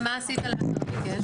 ומה עשית --- באמת,